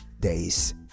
days